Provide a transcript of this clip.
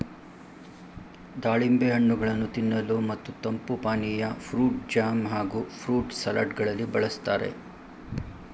ದಾಳಿಂಬೆ ಹಣ್ಣುಗಳನ್ನು ತಿನ್ನಲು ಮತ್ತು ತಂಪು ಪಾನೀಯ, ಫ್ರೂಟ್ ಜಾಮ್ ಹಾಗೂ ಫ್ರೂಟ್ ಸಲಡ್ ಗಳಲ್ಲಿ ಬಳ್ಸತ್ತರೆ